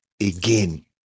again